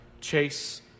Chase